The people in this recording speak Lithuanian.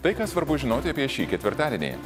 tai ką svarbu žinoti apie šį ketvirtadienį